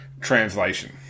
translation